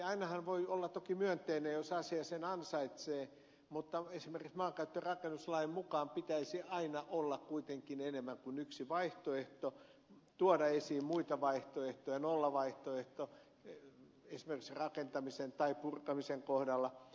ainahan voi olla toki myönteinen jos asia sen ansaitsee mutta esimerkiksi maankäyttö ja rakennuslain mukaan pitäisi aina olla kuitenkin enemmän kuin yksi vaihtoehto tuoda esiin muita vaihtoehtoja nollavaihtoehto esimerkiksi rakentamisen tai purkamisen kohdalla